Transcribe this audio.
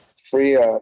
Free